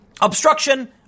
obstruction